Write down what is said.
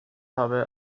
habe